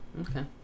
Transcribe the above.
okay